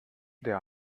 der